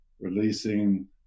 Releasing